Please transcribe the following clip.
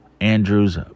Andrews